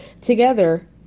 together